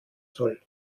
soll